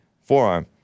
forearm